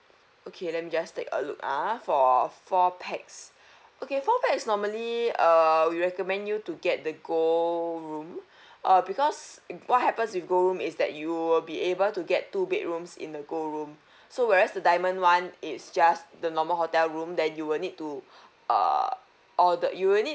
okay let me just take a look ah for four pax okay four pax normally uh we recommend you to get the gold room uh because what happens with gold room is that you'll be able to get two bedrooms in a gold room so whereas the diamond [one] it's just the normal hotel room that you will need to err order you will need